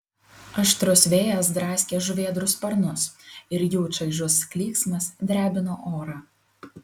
aštrus vėjas draskė žuvėdrų sparnus ir jų čaižus klyksmas drebino orą